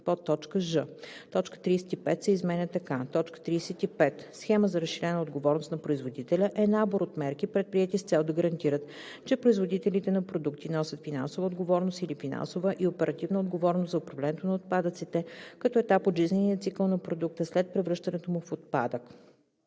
ж) точка 35 се изменя така: „35. „Схема за разширена отговорност на производителя“ е набор от мерки, предприети с цел да гарантират, че производителите на продукти носят финансова отговорност или финансова и оперативна отговорност за управлението на отпадъците като етап от жизнения цикъл на продукта след превръщането му в отпадък.“;